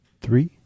Three